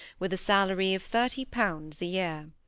with a salary of thirty pounds a year.